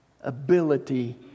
ability